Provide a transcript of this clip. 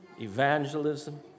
evangelism